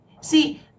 See